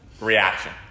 reaction